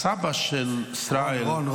הסבא של ישראל -- רון,